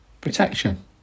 Protection